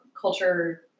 culture